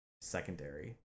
secondary